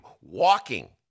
walking